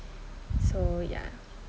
so ya